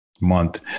month